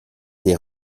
des